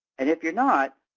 and if you are not,